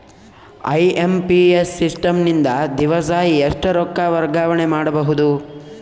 IMPS system ನಿಂದ ದಿವಸಾ ಎಷ್ಟ ರೊಕ್ಕ ವರ್ಗಾವಣೆ ಮಾಡಬಹುದು?